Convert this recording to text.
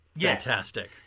Fantastic